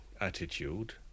attitude